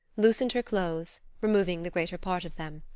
loosened her clothes, removing the greater part of them.